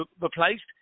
replaced